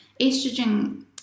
estrogen